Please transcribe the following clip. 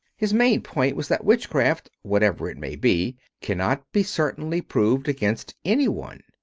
his main point was that witchcraft, whatever it may be, cannot be certainly proved against any one.